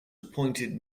appointed